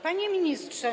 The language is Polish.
Panie Ministrze!